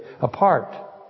apart